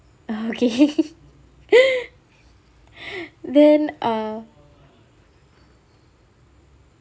oh okay then uh